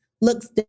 looks